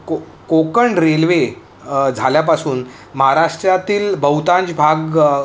को कोकण रेल्वे झाल्यापासून महाराष्ट्रातील बहुतांश भाग